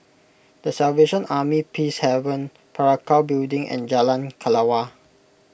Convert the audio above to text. the Salvation Army Peacehaven Parakou Building and Jalan Kelawar